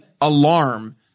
alarm